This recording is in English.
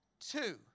Two